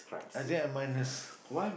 I say I minus